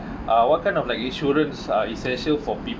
uh what kind of like insurance are essential for people